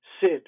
Sid